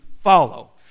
follow